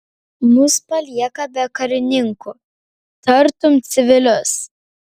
mus palieka be karininkų tartum civilius